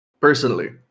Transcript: personally